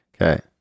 okay